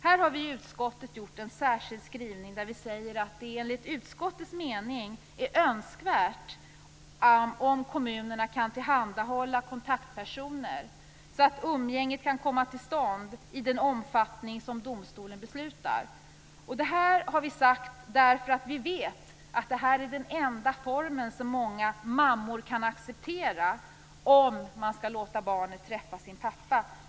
Här har vi från utskottet gjort en särskild skrivning, där vi säger att det enligt utskottets mening är önskvärt att kommunerna kan tillhandahålla kontaktpersoner så att umgänge kan komma till stånd i den omfattning som domstolen beslutar. Det har vi sagt därför att vi vet att det är den enda form som många mammor kan acceptera för att låta barnet träffa sin pappa.